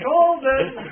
Golden